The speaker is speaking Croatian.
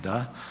Da.